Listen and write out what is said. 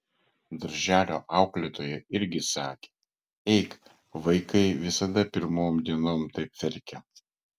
darželio auklėtoja irgi sakė eik vaikai visada pirmom dienom taip verkia